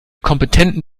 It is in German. kompetenten